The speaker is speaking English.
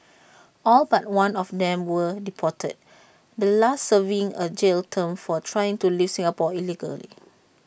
all but one of them were deported the last serving A jail term for trying to leave Singapore illegally